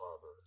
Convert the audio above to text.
father